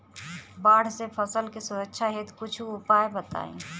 बाढ़ से फसल के सुरक्षा हेतु कुछ उपाय बताई?